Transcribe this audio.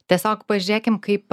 tiesiog pažiūrėkim kaip